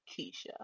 Keisha